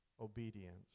obedience